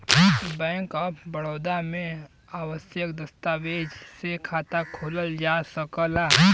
bank of Baroda में आवश्यक दस्तावेज से खाता खोलल जा सकला